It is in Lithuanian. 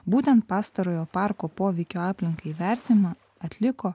būtent pastarojo parko poveikio aplinkai vertinimą atliko